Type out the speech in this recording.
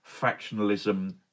factionalism